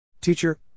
Teacher